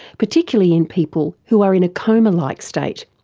particularly in people who are in a coma-like state.